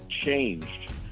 changed